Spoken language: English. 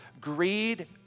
greed